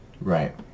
Right